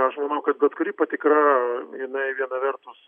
aš manau kad bet kuri patikra jinai viena vertus